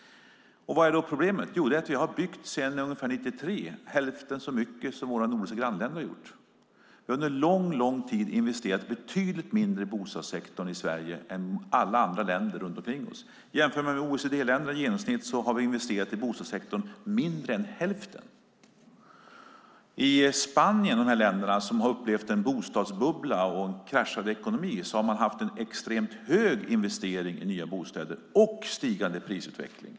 Vad är då problemet? Det är att vi sedan ungefär 1993 har byggt hälften så mycket som våra nordiska grannländer har gjort. Vi har under en lång tid investerat betydligt mindre i bostadssektorn i Sverige än alla andra länder runt omkring oss. Jämför vi med OECD-länderna i genomsnitt har vi investerat mindre än hälften i bostadssektorn. I Spanien och de länder som upplevt en bostadsbubbla och en kraschad ekonomi har man haft en extremt hög investering i nya bostäder och stigande prisutveckling.